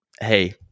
hey